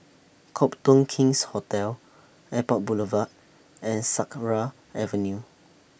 Copthorne King's Hotel Airport Boulevard and Sakra Avenue